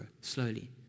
slowly